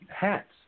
hats